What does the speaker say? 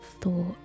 thought